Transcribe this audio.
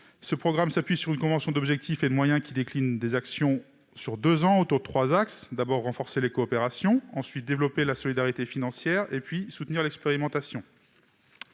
Ce programme s'appuie sur une convention d'objectifs et de moyens qui décline des actions sur deux ans, autour de trois axes : renforcer les coopérations, développer la solidarité financière et soutenir l'expérimentation.